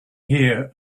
here